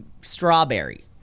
strawberry